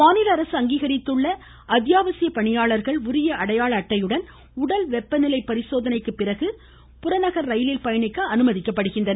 மாநில அரசு அங்கீகரித்துள்ள அத்தியாவசிய பணியாளர்கள் உரிய அடையாள அட்டையுடன் உடல் வெப்பநிலை பரிசோதனைக்குப்பிறகு புறநகர் ரயிலில் பயணிக்க அனுமதிக்கப்படுகின்றனர்